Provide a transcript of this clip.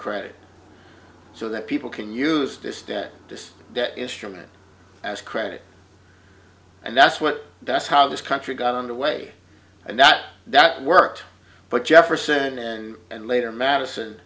credit so that people can use this debt this debt instrument as credit and that's what that's how this country got underway and that that worked but jefferson and and later madison